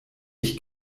ich